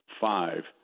five